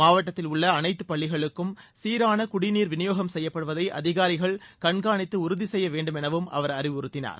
மாவட்டத்தில் உள்ள அனைத்து பள்ளிகளுக்கும் சீரான குடிநீர் விநியோகம் செய்யப்படுவதை அதிகாரிகள் கண்காணித்து உறுதி செய்ய வேண்டும் எனவும் அவர் அறிவுறுத்தினார்